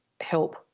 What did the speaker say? help